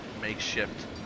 makeshift